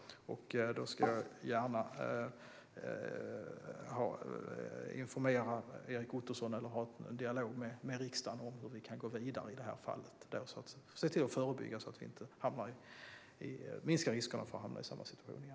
Då informerar jag gärna Erik Ottoson och har en dialog med riksdagen om hur vi kan gå vidare för att förebygga och minska riskerna för att hamna i samma situation igen.